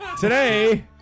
Today